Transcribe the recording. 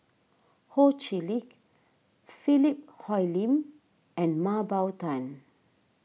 Ho Chee Lick Philip Hoalim and Mah Bow Tan